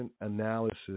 analysis